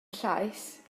llaes